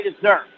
deserve